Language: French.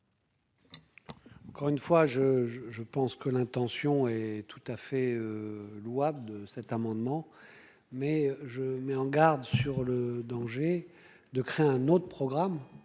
Encore une fois, je, je, je pense que l'intention est tout à fait louable de cet amendement, mais je mets en garde sur le danger de créer un autre programme